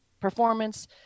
performance